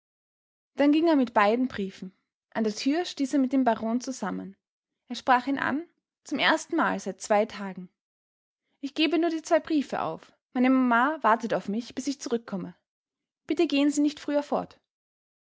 dann ging er mit den beiden briefen an der tür stieß er mit dem baron zusammen er sprach ihn an zum erstenmal seit zwei tagen ich gebe nur die zwei briefe auf meine mama wartet auf mich bis ich zurückkomme bitte gehen sie nicht früher fort